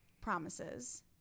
promises